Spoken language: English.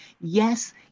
yes